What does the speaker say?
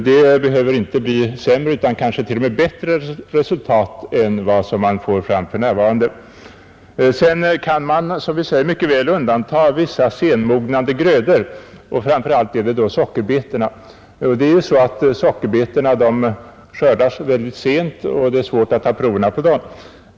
Det behöver inte bli sämre, utan resultatet kan kanske t.o.m. bli bättre än för närvarande. Sedan kan man, som vi säger, mycket väl undanta vissa senmognade grödor — framför allt då sockerbetorna. Dessa skördas ju mycket sent, och det är svårt att ta prover på dem.